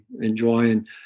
enjoying